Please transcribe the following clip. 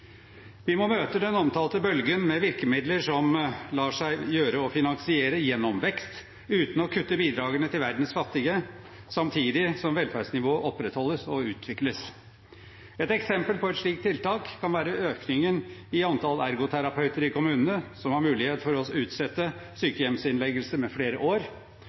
Vi må møte den omtalte bølgen med virkemidler som lar seg gjøre å finansiere gjennom vekst, uten å kutte bidragene til verdens fattige, samtidig som velferdsnivået opprettholdes og utvikles. Et eksempel på et slikt tiltak kan være økningen i antall ergoterapeuter i kommunene, som har mulighet for å utsette sykehjemsinnleggelse med flere år.